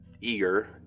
eager